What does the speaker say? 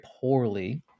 poorly